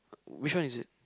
which one is it